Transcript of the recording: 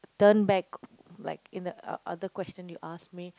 turn back like in the uh other question you ask me